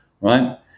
right